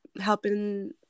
helping